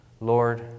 Lord